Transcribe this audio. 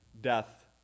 Death